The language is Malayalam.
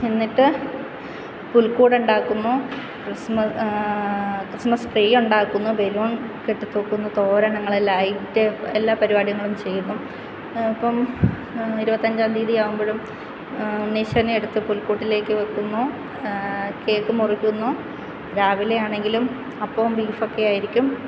എന്നിട്ട് പുൽക്കൂട് ഉണ്ടാക്കുന്നു ക്രിസ്മസ് ക്രിസ്മസ് ട്രീ ഉണ്ടാക്കുന്നു ബലൂൺ കെട്ടി തൂക്കുന്നു തോരണങ്ങളെല്ലാം ലൈറ്റ് എല്ലാ പരിപാടികളും ചെയ്യുന്നു ഇപ്പം ഇരുപത്തിയഞ്ചാം തീയതി ആകുമ്പോഴും ഉണ്ണിയേശുവിനെ എടുത്ത് പുൽക്കൂട്ടിലേക്ക് വയ്ക്കുന്നു കേക്ക് മുറിക്കുന്നു രാവിലെ ആണെങ്കിലും അപ്പവും ബീഫും ഒക്കെ ആയിരിക്കും